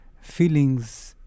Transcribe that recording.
feelings